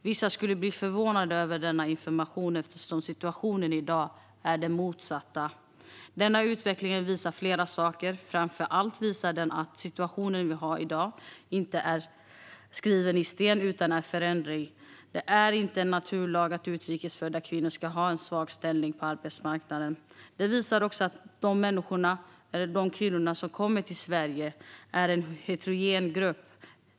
Vissa skulle bli förvånade över denna information eftersom situationen i dag är den motsatta. Denna utveckling visar flera saker. Framför allt visar den att situationen vi har i dag inte är skriven i sten utan är föränderlig. Det är inte en naturlag att utrikes födda kvinnor ska ha en svag ställning på arbetsmarknaden. Det visar också att de människor - de kvinnor - som kommer till Sverige är en heterogen grupp.